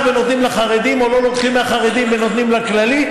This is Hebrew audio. ונותנים לחרדים ולא לוקחים מהחרדים ונותנים לכללי.